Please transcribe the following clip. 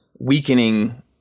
weakening